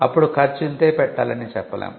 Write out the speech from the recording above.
అప్పుడు ఖర్చు ఇంతే పెట్టాలి అని చెప్పలేం